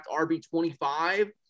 RB25